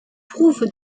prouve